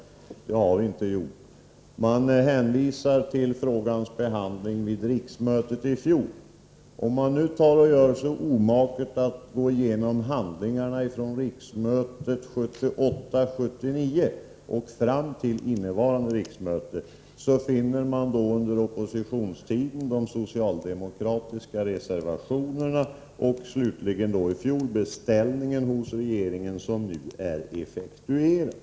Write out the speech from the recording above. Det har vi inte gjort. De hänvisar till frågans behandling vid riksmötet i fjol. Om man gör sig omaket att gå igenom handlingarna fr.o.m. riksmötet 1978/79 t.o.m. innevarande riksmöte finner man under den tid socialdemokraterna var i opposition socialdemokratiska reservationer och slutligen i fjol en beställning till regeringen, som nu är effektuerad.